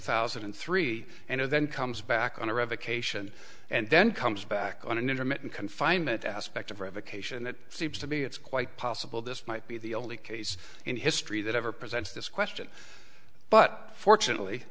thousand and three and then comes back on a revocation and then comes back on an intermittent confinement aspect of revocation it seems to me it's quite possible this might be the only case in history that ever presents this question but fortunately